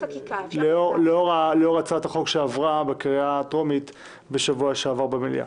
לאור הצעת החוק שעברה בקריאה הטרומית בשבוע שעבר במליאה.